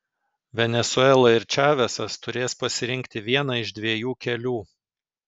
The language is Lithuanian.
venesuela ir čavesas turės pasirinkti vieną iš dviejų kelių